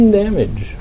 damage